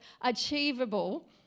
achievable